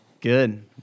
Good